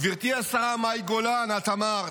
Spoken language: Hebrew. גברתי השרה מאי גולן, את אמרת: